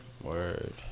Word